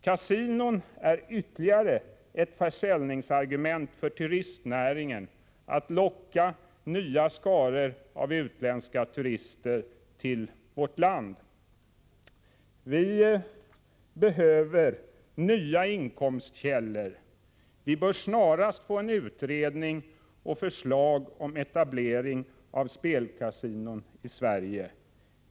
Kasinon är ytterligare ett försäljningsargument för turistnäringen när det gäller att locka nya skaror av utländska turister till vårt land. Vi behöver nya inkomstkällor. Vi bör snarast få en utredning och förslag om etablering av spelkasinon i Sverige.